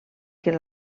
què